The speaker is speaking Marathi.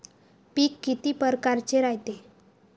पिकं किती परकारचे रायते?